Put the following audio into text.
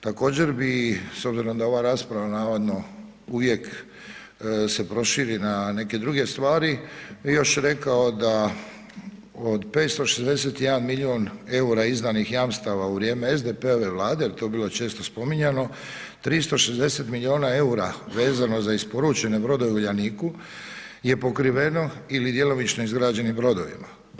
Također bi s obzirom da ova rasprava, navodno, uvijek se proširi na neke druge stvari i još je rekao da od 561 milijun eura, izdanih jamstava u vrijeme SDP-ove vlade, jer je to bilo često spominjao, 360 milijuna eura, vezano za isporučene brodove Uljaniku, je pokriveno ili djelomično izgrađenim brodovima.